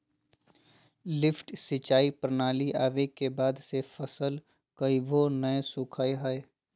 lift सिंचाई प्रणाली आवे के बाद से फसल कभियो नय सुखलय हई